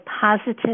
positive